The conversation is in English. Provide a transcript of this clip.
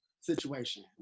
situation